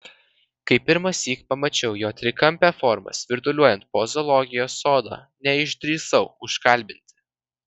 kai pirmąsyk pamačiau jo trikampę formą svirduliuojant po zoologijos sodą neišdrįsau užkalbinti